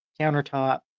countertop